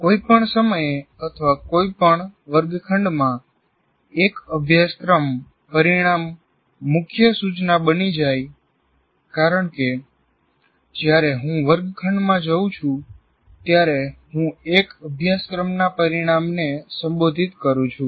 કોઈપણ સમયે અથવા કોઈપણ વર્ગખંડમાં એક અભ્યાસક્રમ પરિણામ મુખ્ય સૂચના બની જાય છે કારણ કે જ્યારે હું વર્ગમાં જઉં છું ત્યારે હું એક અભ્યાસક્રમના પરિણામને સંબોધિત કરું છું